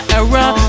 error